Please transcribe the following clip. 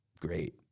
great